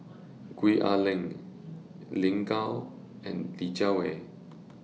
Gwee Ah Leng Lin Gao and Li Jiawei